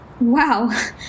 Wow